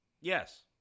Yes